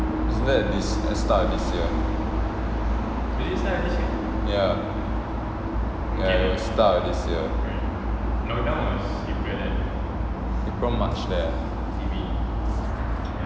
is that the start of this year ya ya the start of this year april march there